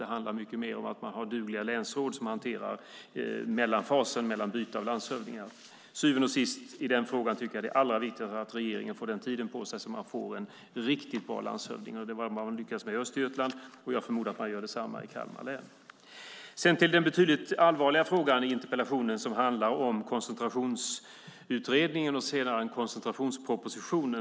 Det handlade mycket mer om att ha dugliga länsråd som hanterade mellanfasen, tiden mellan landshövdingarna. Syvende och sist - i den frågan tycker jag att det är allra viktigast att regeringen får tid på sig, så att man får en riktigt bra landshövding. Det var vad man lyckades med i Östergötland. Jag förmodar att man gör detsamma i Kalmar län. Sedan ska jag gå över till den betydligt allvarligare frågan i interpellationen, som handlar om Koncentrationsutredningen och senare en koncentrationsproposition.